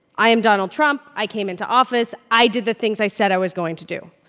i am donald trump. i came into office. i did the things i said i was going to do.